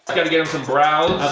gotta give him some brows.